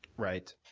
right.